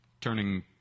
turning